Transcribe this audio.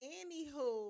Anywho